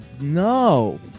no